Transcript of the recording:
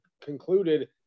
concluded